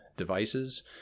devices